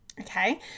Okay